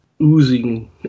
oozing